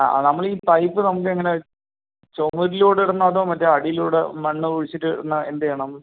അ ആ നമ്മൾ ഈ പൈപ്പ് നമുക്കെങ്ങനെ ചുവരിലൂടിടാണോ അതോ മറ്റേ അടിയിലൂടെ മണ്ണ് കുഴിച്ചിട്ടിടണോ എന്ത് ചെയ്യണം